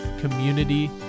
community